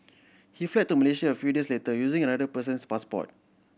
he fled to Malaysia a few days later using another person's passport